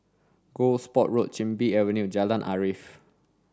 Gosport Road Chin Bee Avenue and Jalan Arif